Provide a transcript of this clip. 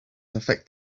affect